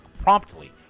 promptly